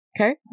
Okay